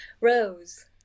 Rose